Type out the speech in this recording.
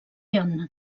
yonne